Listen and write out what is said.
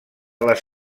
les